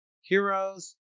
Heroes